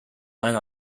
line